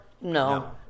no